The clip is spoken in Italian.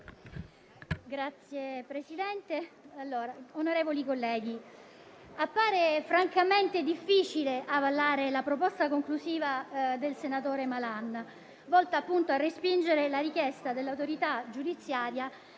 Signor Presidente, onorevoli colleghi, appare francamente difficile avallare la proposta conclusiva del senatore Malan, volta a respingere la richiesta dell'autorità giudiziaria